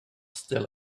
still